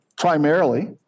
primarily